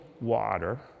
water